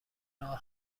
راه